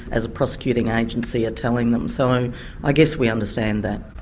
as a prosecuting agency, are telling them. so and i guess we understand that.